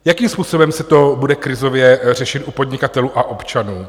Jakým způsobem se to bude krizově řešit u podnikatelů a občanů?